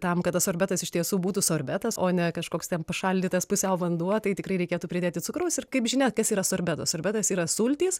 tam kad tas sorbetas iš tiesų būtų sorbetas o ne kažkoks ten pašaldytas pusiau vanduo tai tikrai reikėtų pridėti cukraus ir kaip žinia kas yra sorbetas sorbertas yra sultys